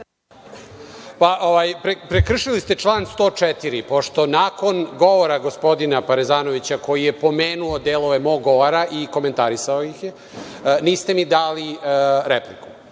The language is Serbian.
Prekršili ste član 104, pošto nakon govora gospodina Parezanovića, koji je pomenuo delove mog govora i komentarisao ih je, niste mi dali repliku.